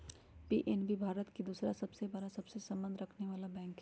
PNB Bharat के दूसरा सबसे बड़ा सबसे संबंध रखनेवाला बैंक हई